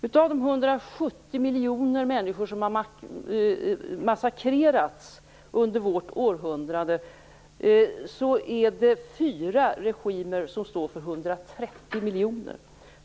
170 miljoner människor har massakrerats under vårt århundrade, och fyra regimer står för 130 miljoner av dem.